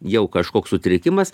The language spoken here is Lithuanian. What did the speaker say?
jau kažkoks sutrikimas